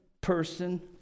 person